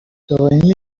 دائمی